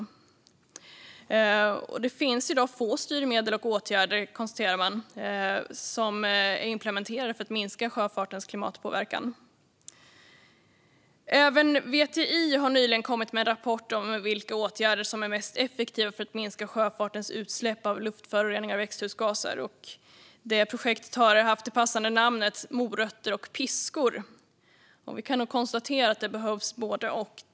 Man konstaterar dock att det finns få styrmedel och åtgärder som implementerats för att minska sjöfartens klimatpåverkan. Även VTI har nyligen kommit med en rapport om vilka åtgärder som är mest effektiva för att minska sjöfartens utsläpp av luftföroreningar och växthusgaser. Detta projekt har haft det passande namnet Morötter och piskor. Vi kan nog konstatera att både och behövs.